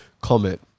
comment